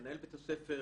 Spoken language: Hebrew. מנהל בית הספר